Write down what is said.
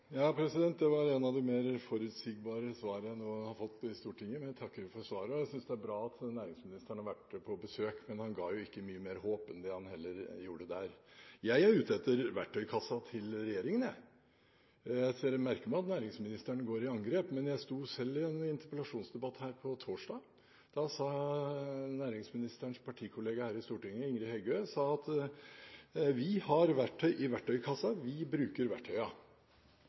Det var et av de mer forutsigbare svarene jeg har fått i Stortinget, men jeg takker for svaret. Jeg synes det er bra at næringsministeren har vært på besøk, men han ga jo ikke mye mer håp, noe han heller ikke gjorde der. Jeg er ute etter verktøykassen til regjeringen. Jeg merker meg at næringsministeren går i angrep, men jeg sto selv i en interpellasjonsdebatt her på torsdag. Da sa næringsministerens partikollega her i Stortinget, Ingrid Heggø: «Vi har verktøy i verktøykassen. Vi brukar verktøya».